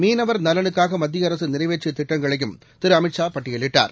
மீனவர் நலனுக்காகமத்தியஅரசுநிறைவேற்றியதிட்டங்களையும் திருஅமித் ஷா பட்டியலிட்டார்